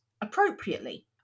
appropriately